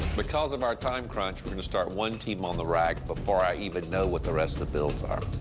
because of our time crunch, we're going to start one team on the rack before i even know what the rest of the builds are.